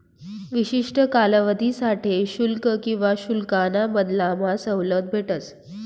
विशिष्ठ कालावधीसाठे शुल्क किवा शुल्काना बदलामा सवलत भेटस